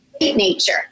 nature